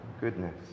goodness